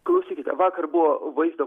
klausykite vakar buvo vaizdo